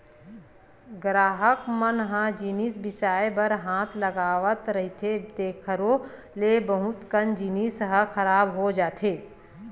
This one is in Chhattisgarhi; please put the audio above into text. गराहक मन ह जिनिस बिसाए बर हाथ लगावत रहिथे तेखरो ले बहुत कन जिनिस ह खराब हो जाथे